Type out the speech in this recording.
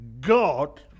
God